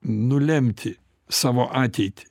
nulemti savo ateitį